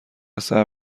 صبر